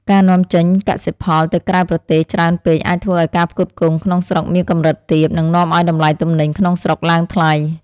ការនាំចេញកសិផលទៅក្រៅប្រទេសច្រើនពេកអាចធ្វើឱ្យការផ្គត់ផ្គង់ក្នុងស្រុកមានកម្រិតទាប និងនាំឱ្យតម្លៃទំនិញក្នុងស្រុកឡើងថ្លៃ។